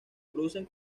producen